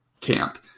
camp